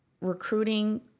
recruiting